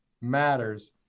matters